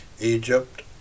Egypt